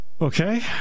Okay